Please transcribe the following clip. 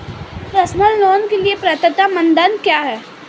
Personal loan के लिए पात्रता मानदंड क्या हैं?